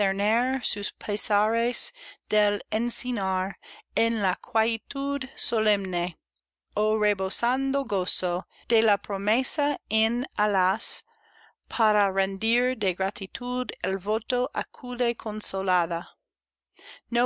en la quietud solemne ó rebosando gozo de la promesa en alas para rendir de gratitud el voto acude consolada